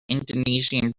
indonesian